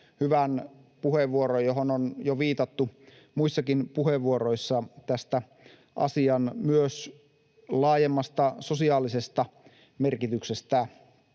hyvän puheenvuoron, johon on jo viitattu muissakin puheenvuoroissa, tästä asian myös laajemmasta sosiaalisesta merkityksestä.